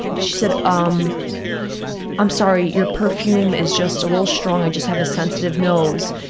she said, um i'm sorry, your perfume is just a little strong, i just have a sensitive nose.